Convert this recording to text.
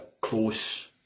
close